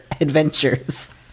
adventures